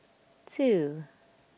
two